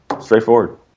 Straightforward